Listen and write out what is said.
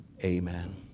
Amen